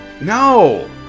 No